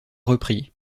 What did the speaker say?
reprit